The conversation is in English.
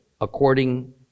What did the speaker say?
according